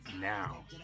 now